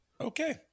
Okay